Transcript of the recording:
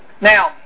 now